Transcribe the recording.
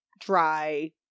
dry